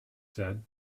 said